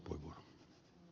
puhemies